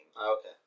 okay